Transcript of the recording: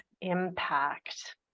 impact